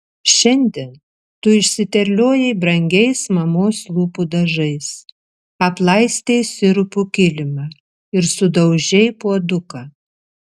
šiandien tu išsiterliojai brangiais mamos lūpų dažais aplaistei sirupu kilimą ir sudaužei puoduką